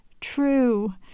true